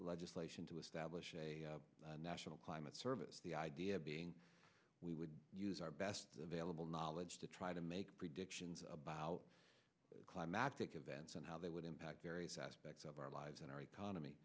legislation to establish a national climate service the idea being we would use our best available knowledge to try to make predictions about climactic events and how they would impact various aspects of our lives and our economy